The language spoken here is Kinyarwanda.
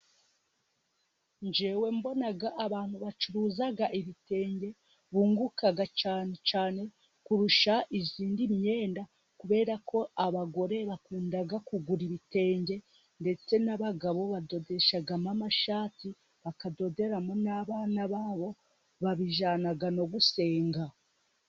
Njyewe mbona abantu bacuruza ibitenge bunguka cyane cyane kurusha izindi myenda, kubera ko abagore bakunda kugura ibitenge ndetse n'abagabo badodesha mo amashati, bakadodera n'abana babo, babijyana no gusenga.